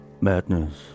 madness